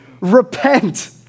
Repent